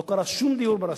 לא קרה שום דיור בר-השגה.